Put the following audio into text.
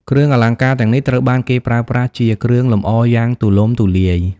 គ្រឿងអលង្ការទាំងនេះត្រូវបានគេប្រើប្រាស់ជាគ្រឿងលម្អយ៉ាងទូលំទូលាយ។